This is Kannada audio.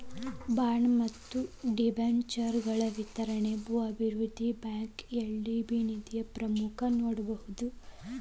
ಬಾಂಡ್ ಮತ್ತ ಡಿಬೆಂಚರ್ಗಳ ವಿತರಣಿ ಭೂ ಅಭಿವೃದ್ಧಿ ಬ್ಯಾಂಕ್ಗ ಎಲ್.ಡಿ.ಬಿ ನಿಧಿದು ಪ್ರಮುಖ ಮೂಲವಾಗೇದ